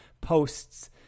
posts